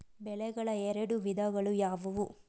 ಬೆಳೆಗಳ ಎರಡು ವಿಧಗಳು ಯಾವುವು?